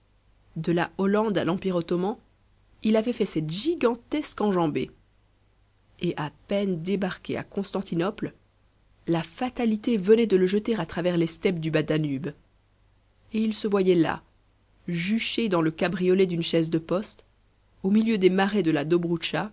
de la hollande à l'empire ottoman il avait fait cette gigantesque enjambée et à peine débarqué à constantinople la fatalité venait de le jeter à travers les steppes du bas danube et il se voyait là juché dans le cabriolet d'une chaise de poste au milieu des marais de la